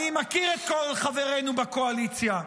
אני מכיר את כל חברינו בקואליציה.